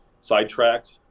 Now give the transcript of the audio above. sidetracked